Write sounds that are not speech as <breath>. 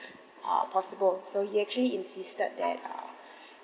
uh possible so he actually insisted that uh <breath>